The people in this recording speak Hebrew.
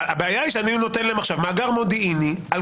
הבעיה היא שאני נותן להם עכשיו מאגר מודיעיני על